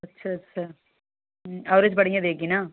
अच्छा अच्छा अवरेज बढ़िया देगी ना